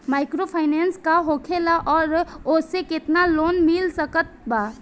Microfinance का होखेला और ओसे केतना लोन मिल सकत बा?